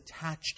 attached